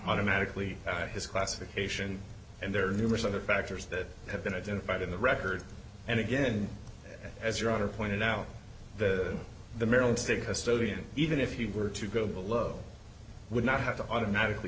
automatically his classification and there are numerous other factors that have been identified in the record and again as your honor pointed out that the maryland state custody and even if he were to go below would not have to automatically